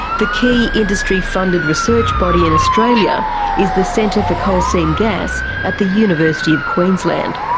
the key industry-funded research body in australia is the centre for coal seam gas at the university of queensland.